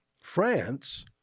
France